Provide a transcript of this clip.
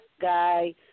guy